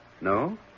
No